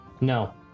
No